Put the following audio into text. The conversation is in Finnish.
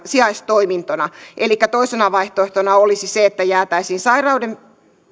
sijaistoimintona elikkä toisena vaihtoehtona olisi se että jäätäisiin sairauden